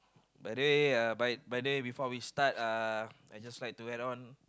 by day uh by by day before we start uh I'd just like add on